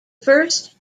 first